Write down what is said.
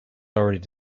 already